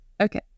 Okay